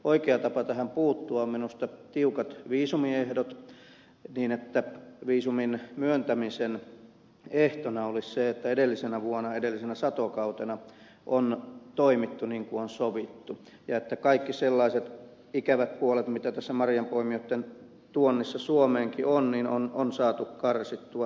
oikea tapa tähän puuttua on minusta tiukat viisumiehdot niin että viisumin myöntämisen ehtona olisi se että edellisenä vuonna edellisenä satokautena on toimittu niin kuin on sovittu ja että kaikki sellaiset ikävät puolet mitä tässä marjanpoimijoitten tuonnissa suomeenkin on on saatu karsittua